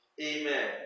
Amen